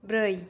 ब्रै